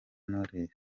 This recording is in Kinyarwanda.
knowless